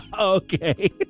Okay